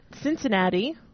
Cincinnati